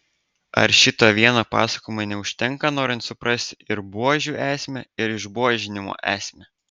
ar šito vieno pasakojimo neužtenka norint suprasti ir buožių esmę ir išbuožinimo esmę